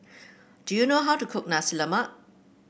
do you know how to cook Nasi Lemak